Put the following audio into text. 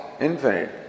infinite